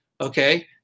Okay